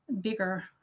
bigger